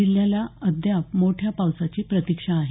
जिल्ह्याला अद्याप मोठ्या पावसाची प्रतीक्षा आहे